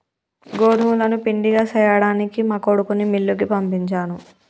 గోదుములను పిండిగా సేయ్యడానికి మా కొడుకుని మిల్లుకి పంపించాను